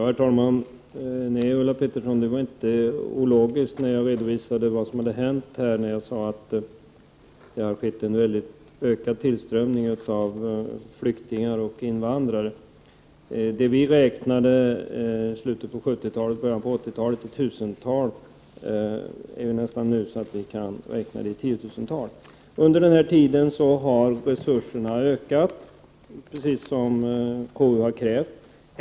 Herr talman! Nej, Ulla Pettersson, det var inte ologiskt när jag sade att det har skett en ökad tillströmning av flyktingar och invandrare. Dem som vi i slutet av 70-talet och början av 80-talet räknade i tusental kan nu nästan räknas i tiotusental. Under den här tiden har resurserna ökat, precis som KU har krävt.